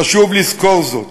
חשוב לזכור זאת.